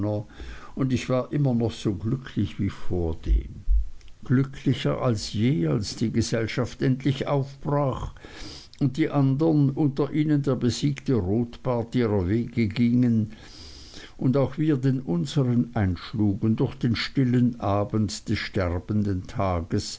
und ich war immer noch so glücklich wie vordem glücklicher als je als die gesellschaft endlich aufbrach und die andern unter ihnen der besiegte rotbart ihrer wege gingen und auch wir den unsern einschlugen durch den stillen abend des sterbenden tages